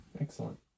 Excellent